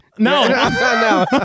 No